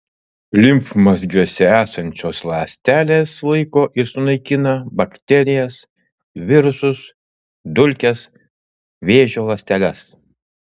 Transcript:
limfmazgiuose esančios ląstelės sulaiko ir sunaikina bakterijas virusus dulkes vėžio ląsteles